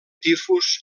tifus